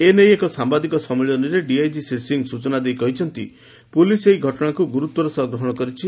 ଏନେଇ ଏକ ସାଧ୍ୟାଦିକ ସମ୍ମିଳନୀରେ ଡିଆଇଜି ଶ୍ରୀ ସିଂ ସୂଚନା ଦେଇ କହିଛନ୍ତି ପୋଲିସ ଏହି ଘଟଶାକୁ ଗୁରତ୍ୱର ସହ ଗ୍ରହଣ କରିଛି